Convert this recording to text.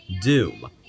Doom